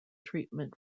treatment